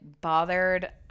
bothered